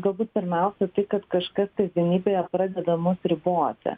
galbūt pirmiausia tai kad kažkas kasdienybėje pradeda mus riboti